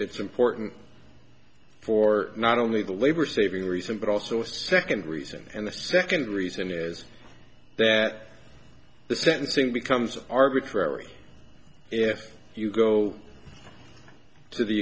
that's important for not only the labor saving reason but also a second reason and the second reason is that the sentencing becomes arbitrary if you go to the